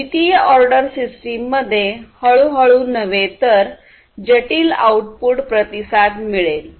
द्वितीय order system मध्ये हळूहळू नव्हे तर जटिल आउटपुट प्रतिसाद मिळेल